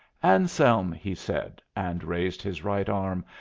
anselm, he said, and raised his right arm,